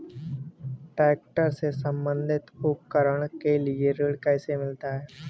Tractor से संबंधित उपकरण के लिए ऋण कैसे मिलता है?